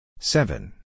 Seven